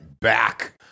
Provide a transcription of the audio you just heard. back